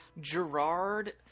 Gerard